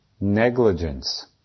negligence